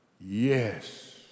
Yes